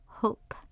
hope